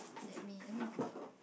let me let me Google